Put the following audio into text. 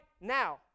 now